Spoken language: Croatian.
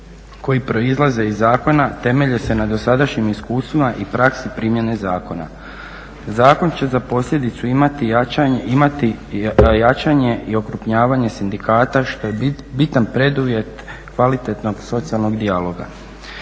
koji proizlaze iz zakona temelje se na dosadašnjim iskustvima i praksi primjene zakona. Zakon će za posljedicu imati jačanje i okrupnjavanje sindikata što je bitan preduvjet kvalitetnog socijalnog dijaloga.